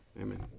amen